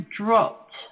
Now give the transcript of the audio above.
dropped